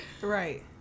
Right